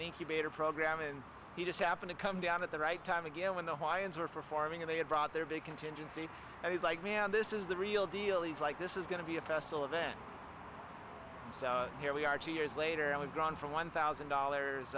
incubator program and he just happened to come down at the right time again when the why is we're performing and they had brought their big contingency and he's like man this is the real deal he's like this is going to be a festival event so here we are two years later i was gone from one thousand dollars